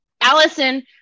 Allison